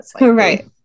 Right